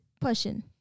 pushing